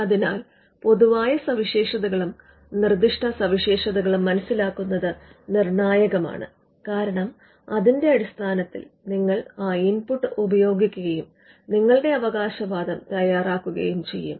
അതിനാൽ പൊതുവായ സവിശേഷതകളും നിർദ്ദിഷ്ട സവിശേഷതകളും മനസിലാക്കുന്നത് നിർണായകമാണ് കാരണം അതിന്റെ അടിസ്ഥാനത്തിൽ നിങ്ങൾ ആ ഇൻപുട്ട് ഉപയോഗിക്കുകയും നിങ്ങളുടെ അവകാശവാദം തയ്യാറാക്കുകയും ചെയ്യും